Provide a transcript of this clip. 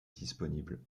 disponible